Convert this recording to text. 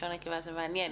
בלשון נקבה הוא מעניין.